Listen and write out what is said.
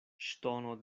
ŝtono